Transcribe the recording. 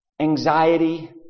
anxiety